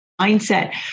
mindset